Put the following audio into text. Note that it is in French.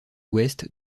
ouest